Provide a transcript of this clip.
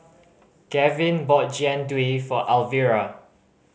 Gavyn bought Jian Dui for Alvira